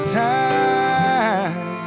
time